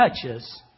touches